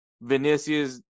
Vinicius